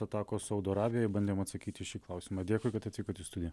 atakos saudo arabijoj bandėme atsakyti šį klausimą dėkui kad atvykot į studiją